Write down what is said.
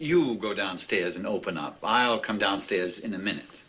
you'll go downstairs and open up i'll come downstairs in a minute